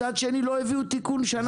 מצד שני לא הביאו תיקון שנה שלמה.